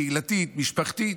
קהילתית ומשפחתית.